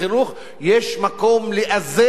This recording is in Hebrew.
יש מקום לאזן וליזום